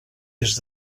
des